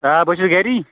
آ بے چھُس گَری